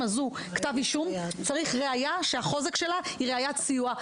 הזו כתב אישום צריך ראיה שהחוזק שלה היא ראיית סיוע.